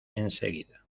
enseguida